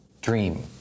dream